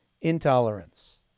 intolerance